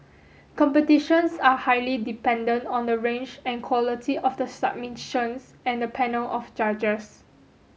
competitions are highly dependent on the range and quality of the submissions and the panel of judges